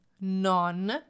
non